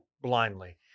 blindly